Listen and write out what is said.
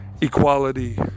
equality